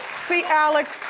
see alex,